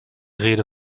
rede